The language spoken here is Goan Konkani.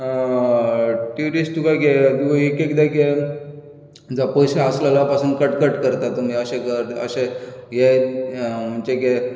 टिडिएस तुका एक एकदां कितें जाता जर पयशे आसले जाल्यार पूण कटकट करता तुमी अशें कर अशें हें म्हणचें कितें